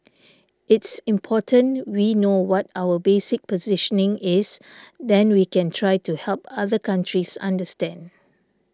it's important we know what our basic positioning is then we can try to help other countries understand